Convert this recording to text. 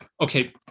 okay